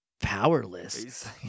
powerless